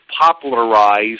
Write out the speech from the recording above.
popularized